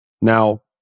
Now